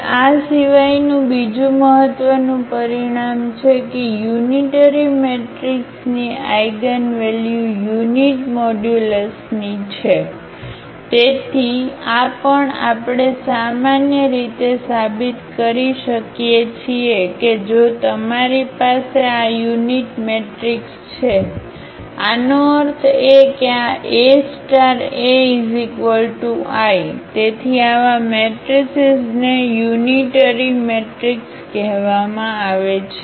હવેઆ સિવાયનું બીજું મહત્વનું પરિણામ છે કે યુનિટરી મેટ્રિક્સની આઇગનવેલ્યુ યુનિટ મોડ્યુલસની છે તેથી આ પણ આપણે સામાન્ય રીતે સાબિત કરી શકીએ છીએ કે જો તમારી પાસે આ યુનિટ મેટ્રિક્સ છે આનો અર્થ એ કે આ AAI તેથી આવા મેટ્રિસીઝને યુનિટરી મેટ્રિક્સ કહેવામાં આવે છે